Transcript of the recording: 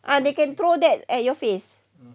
uh they can throw that at your face